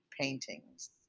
paintings